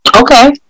Okay